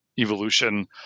evolution